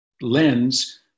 lens